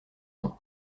raison